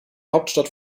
hauptstadt